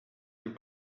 nous